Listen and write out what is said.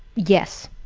yes.